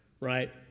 Right